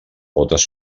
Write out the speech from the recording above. potes